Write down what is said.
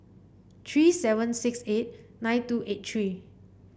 three seven six eight nine two eight three